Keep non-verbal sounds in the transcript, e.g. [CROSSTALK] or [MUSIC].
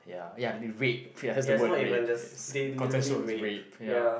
ya ya the red [NOISE] has the word red yes content sure is red ya